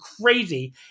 crazy